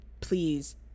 please